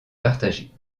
partager